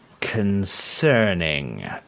concerning